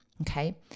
okay